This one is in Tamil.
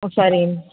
ம் சரிங்க மேம்